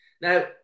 Now